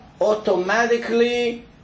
automatically